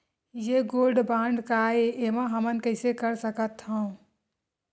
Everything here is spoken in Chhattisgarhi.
ये गोल्ड बांड काय ए एमा हमन कइसे कर सकत हव?